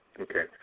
Okay